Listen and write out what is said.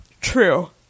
True